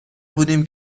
بودیم